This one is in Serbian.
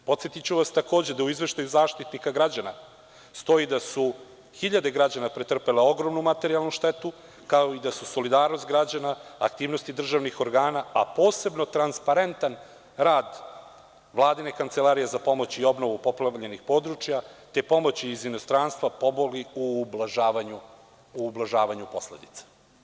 Podsetiću vas, takođe, da u Izveštaju Zaštitnika građana stoji da su hiljade građanapretrpele ogromnu materijalnu štetu, kao i da su solidarnost građana, aktivnosti državnih organa, a posebno transparentan rad Vladine Kancelarije za pomoć i obnovu poplavljenim područjima, te pomoći iz inostranstva, pomogli u ublažavanju posledica.